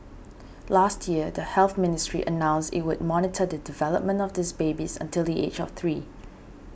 last year the Health Ministry announced it would monitor the development of these babies until the age of three